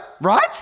Right